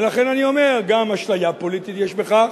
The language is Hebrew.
ולכן אני אומר: גם אשליה פוליטית יש בכך,